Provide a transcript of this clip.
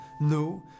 No